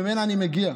שממנה אני מגיע,